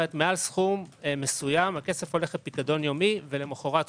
מעל סכום מסוים הכסף הולך לפיקדון יומי ולמחרת חוזר.